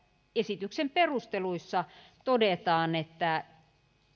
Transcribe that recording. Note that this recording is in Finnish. esityksen perusteluissa todetaan että